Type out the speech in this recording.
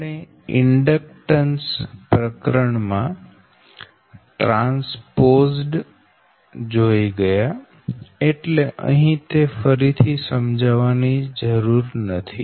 આપણે ઈન્ડક્ટન્સ પ્રકરણ માં ટ્રાન્સપોઝડ જોઈ ગયા એટલે અહી તે ફરીથી સમજાવવાની જરૂર નથી